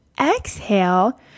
exhale